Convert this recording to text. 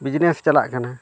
business ᱪᱟᱞᱟᱜ ᱠᱟᱱᱟ